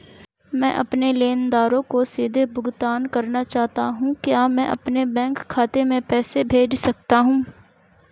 मैं अपने लेनदारों को सीधे भुगतान करना चाहता हूँ क्या मैं अपने बैंक खाते में पैसा भेज सकता हूँ?